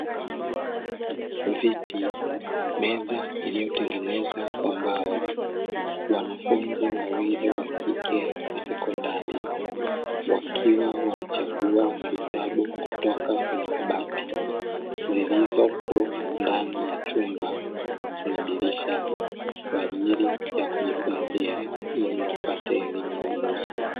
Viti na meza viliyotengenezwa kwa mbao, wanafunzi wawili wa kike wa sekondari wakiwa wanachagua vitabu kutoka kwenye kabati zilizopo ndani ya chumba chenye dirisha kwa ajili ya kujifunzia ili wapate elimu na ujuzi.